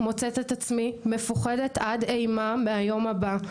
מוצאת את עצמי מפוחדת עד אימה מהיום הבא.